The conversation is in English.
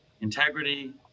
integrity